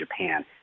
Japan